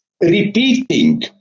repeating